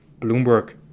Bloomberg